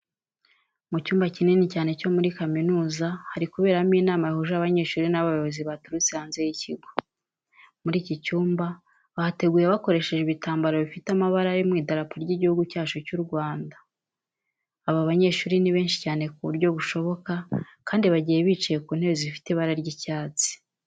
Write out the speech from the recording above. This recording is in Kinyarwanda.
Mu cyumba kinini cyane cyo muri kaminuza hari kuberamo inama yahuje abanyeshuri n'abayobozi baturutse hanze y'ikigo. Muri iki cyumba bahateguye bakoresheje ibitambaro bifite amabara ari mu idarapo ry'igihugu cyacu cy'u Rwanda. Aba banyeshuri ni benshi cyane ku buryo bushoboka kandi bagiye bicaye ku ntebe zifite ibara ry'icatsi.